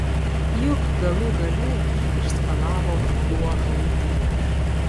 juk galų gale jį išskalavo vanduo haityje